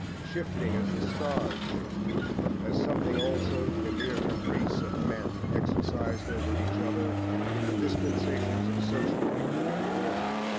shifting as the stars shift as something also to the mere caprice of men exercised over each other in the dispensations of social or political order,